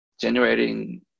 generating